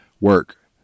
work